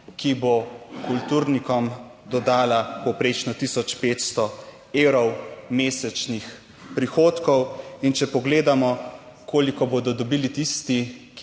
ki bo kulturnikom dodala povprečno tisoč 500 evrov mesečnih prihodkov, in če pogledamo koliko bodo dobili tisti,